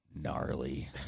gnarly